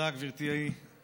תודה, גברתי היושבת-ראש.